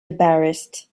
embarrassed